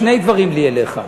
שני דברים לי אליך.